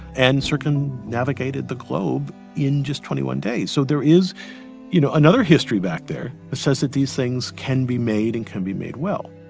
and circumnavigated the globe in just twenty one days. so there is you know another history back there that says that these things can be made and can be made well